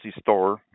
store